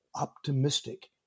optimistic